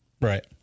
Right